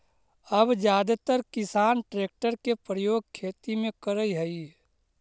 अब जादेतर किसान ट्रेक्टर के प्रयोग खेती में करऽ हई